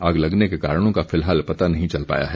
आग लगने के कारणों का फिलहाल पता नहीं चल पाया है